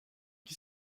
qui